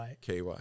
KY